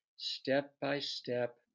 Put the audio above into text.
step-by-step